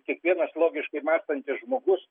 kiekvienas logiškai mąstantis žmogus